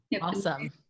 Awesome